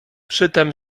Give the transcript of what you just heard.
przytem